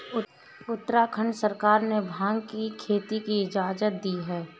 उत्तराखंड सरकार ने भाँग की खेती की इजाजत दी है